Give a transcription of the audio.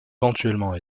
éventuellement